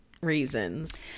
reasons